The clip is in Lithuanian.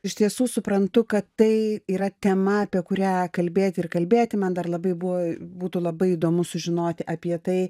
iš tiesų suprantu kad tai yra tema apie kurią kalbėti ir kalbėti man dar labai buvo būtų labai įdomu sužinoti apie tai